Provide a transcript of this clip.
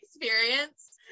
experience